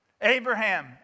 Abraham